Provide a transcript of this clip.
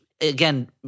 again